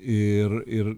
ir ir